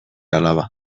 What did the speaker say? alaba